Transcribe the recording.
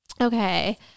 Okay